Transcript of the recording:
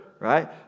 right